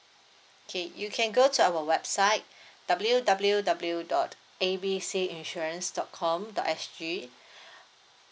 okay you can go to our website W W W dot A B C insurance dot com dot S G